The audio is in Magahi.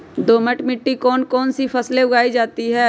दोमट मिट्टी कौन कौन सी फसलें उगाई जाती है?